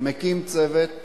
מקים צוות